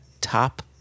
Top